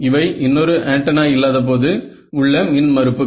இவை இன்னொரு ஆண்டனா இல்லாதபோது உள்ள மின் மறுப்புகள்